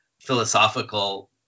philosophical